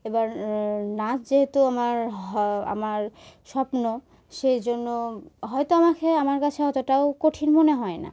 এবার নাচ যেহেতু আমার আমার স্বপ্ন সেই জন্য হয়তো আমাকে আমার কাছে অতটাও কঠিন মনে হয় না